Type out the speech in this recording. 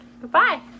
Goodbye